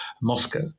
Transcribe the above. Moscow